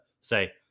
say